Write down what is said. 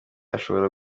ashobora